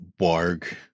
Warg